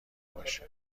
باشه